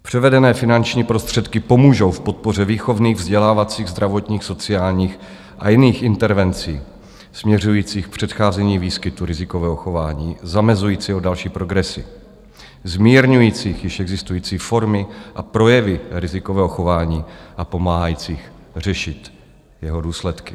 Převedené finanční prostředky pomůžou v podpoře výchovných, vzdělávacích, zdravotních, sociálních a jiných intervencí směřujících k předcházení výskytu rizikového chování, zamezujících další progresi, zmírňujících již existující formy a projevy rizikového chování a pomáhajících řešit jeho důsledky.